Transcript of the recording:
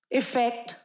effect